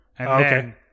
Okay